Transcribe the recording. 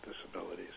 disabilities